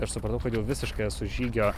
tai aš supratau kad jau visiškai esu žygio